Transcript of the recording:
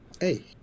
Hey